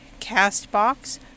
Castbox